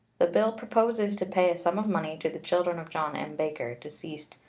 the bill proposes to pay a sum of money to the children of john m. baker, deceased,